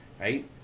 Right